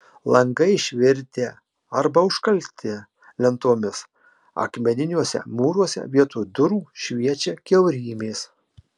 langai išvirtę arba užkalti lentomis akmeniniuose mūruose vietoj durų šviečia kiaurymės